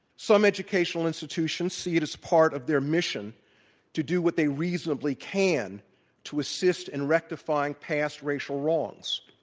some educational institutions see it as part of their mission to do what they reasonably can to assist and rectifying past racial wrongs,